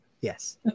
Yes